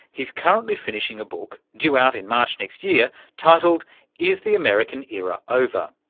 he's currently finishing a book, due out in march next year, titled is the american era over?